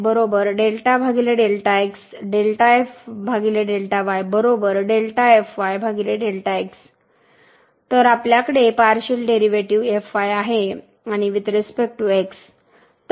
तर आपल्याकडे partial derivative आहे आणि वुईथ रिस्पेक्ट टू x